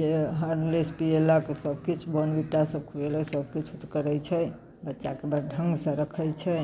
जे होरलिक्स पीएलक सभकिछु बोर्नविटासभ खुएलक सभकिछु करैत छै बच्चाकेँ बड़ ढङ्गसँ रखैत छै